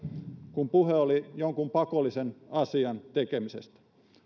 kun puhe oli jonkun pakollisen asian tekemisestä